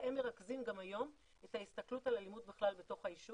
והם מרכזים גם היום את ההסתכלות על אלימות בכלל בתוך היישוב,